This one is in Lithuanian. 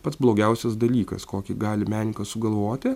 pats blogiausias dalykas kokį gali menininkas sugalvoti